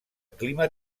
clima